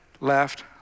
left